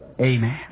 Amen